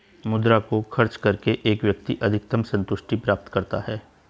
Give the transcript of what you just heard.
मुद्रा को खर्च करके एक व्यक्ति अधिकतम सन्तुष्टि प्राप्त करता है